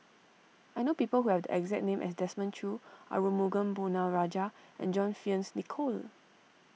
I know people who have the exact name as Desmond Choo Arumugam Ponnu Rajah and John Fearns Nicoll